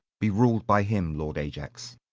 be rul'd by him, lord ajax.